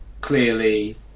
clearly